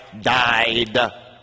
died